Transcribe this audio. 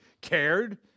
cared